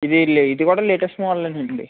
ఇది లే ఇది కూడా లేటెస్ట్ మోడలేనండి